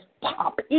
pop